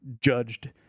judged